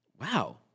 Wow